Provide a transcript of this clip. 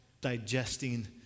digesting